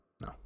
No